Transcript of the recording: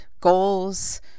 goals